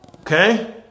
Okay